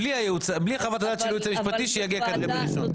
בלי חוות הדעת של הייעוץ המשפטי שיביע את העמדה שלו.